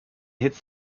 hits